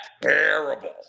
terrible